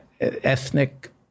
Ethnic